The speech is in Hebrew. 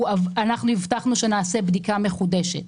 אנחנו הבטחנו שנעשה בדיקה מחודשת.